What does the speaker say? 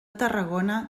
tarragona